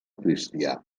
cristià